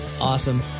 awesome